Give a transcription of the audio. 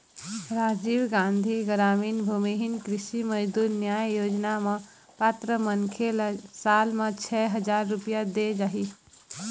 राजीव गांधी गरामीन भूमिहीन कृषि मजदूर न्याय योजना म पात्र मनखे ल साल म छै हजार रूपिया देय जाही